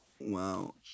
Wow